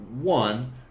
one